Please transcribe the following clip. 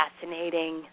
Fascinating